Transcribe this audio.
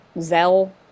Zell